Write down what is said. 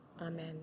Amen